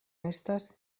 estas